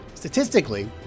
Statistically